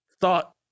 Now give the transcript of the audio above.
thought